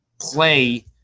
play